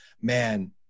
man